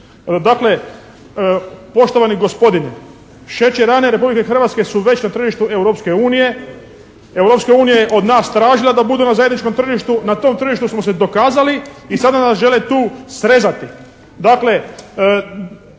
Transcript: Dakle, poštovani gospodine šećerane Republike Hrvatske su već na tržištu Europske unije, Europska unija je od nas tražila da budemo na zajedničkom tržištu, na tom tržištu smo se dokazali i sada nas žele tu srezati. Dakle